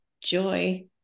joy